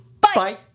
bye